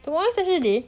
tomorrow's national day